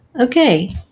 Okay